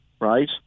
right